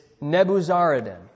Nebuzaradan